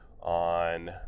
on